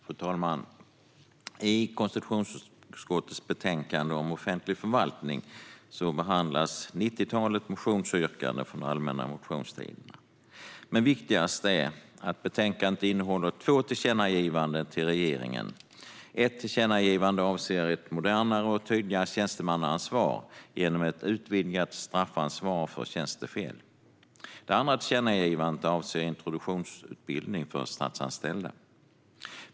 Fru talman! I konstitutionsutskottets betänkande om offentlig förvaltning behandlas ett nittiotal motionsyrkanden från allmänna motionstiden. Men det viktigaste är att betänkandet innehåller två tillkännagivanden till regeringen. Ett tillkännagivande avser ett modernare och tydligare tjänstemannaansvar genom ett utvidgat straffansvar för tjänstefel. Det andra tillkännagivandet avser introduktionsutbildning för statsanställda.